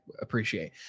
appreciate